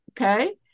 okay